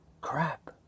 crap